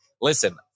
Listen